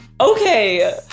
Okay